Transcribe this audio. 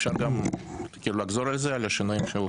אפשר לחזור על השינויים?